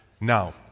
Now